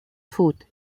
faute